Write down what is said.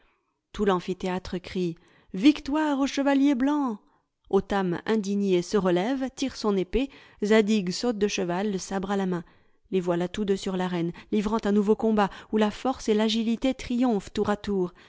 tout l'amphithéâtre crie victoire au chevalier blanc otame indigné se relève tire son épée zadig saute de cheval le sabre à la main les voilà tous deux sur l'arène livrant un nouveau combat où la force et l'agilité triomphent tour à tour les